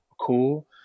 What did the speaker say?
Cool